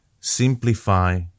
simplify